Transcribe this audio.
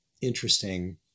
interesting